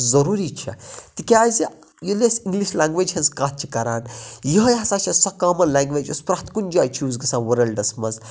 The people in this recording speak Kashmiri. ضروٗری چھےٚ تہِ کیازِ ییٚلہِ أسۍ اِنگلِش لینگویٚج ہِنٛز کَتھ چھِ کَران یِہٕے ہَسا چھِ سۄ کامَن لینگویٚج یۄس پرٮ۪تھ کُنہِ جایہِ چھےٚ یوٗز گَژھان وٲلڈس مَنٛز